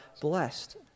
blessed